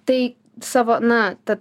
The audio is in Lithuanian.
tai savo na ta